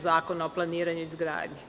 Zakona o planiranju i izgradnji.